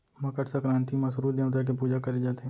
मकर संकरांति म सूरूज देवता के पूजा करे जाथे